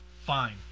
fine